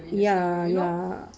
ya ya